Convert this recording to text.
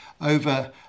over